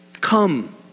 Come